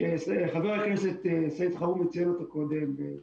שחבר הנכנסת סעיד אלחרומי ציין אותו קודם,